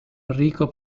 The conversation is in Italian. enrico